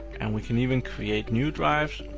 and we can even create new drives,